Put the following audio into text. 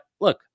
look